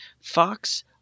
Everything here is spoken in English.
Fox